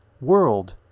world